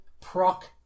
proc